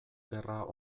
gerra